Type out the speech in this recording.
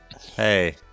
Hey